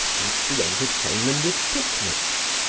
and to entertain them with picnics.